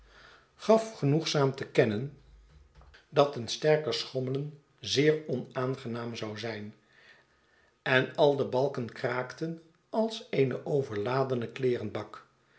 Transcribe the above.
gaf genoegzaam te kennen dat een sterker schommelen zeer onaangenaam zou zijn en al de balken kraakten als een overladene kleerenbak